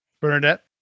Bernadette